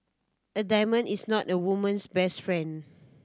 a diamond is not a woman's best friend